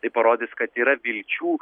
tai parodys kad yra vilčių